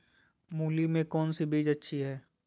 मूली में कौन सी बीज अच्छी है?